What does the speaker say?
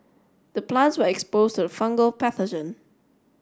the plants were exposed to the fungal pathogen